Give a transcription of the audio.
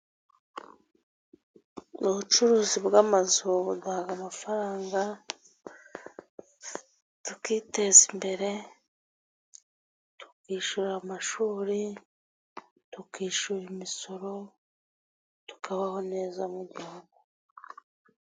Ubucuruzi bwamazu, buduha amafaranga tukitezimbere. Tukishyura amashuri ,tukishyura imisoro, tukabaho neza mu Rwanda.